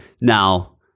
Now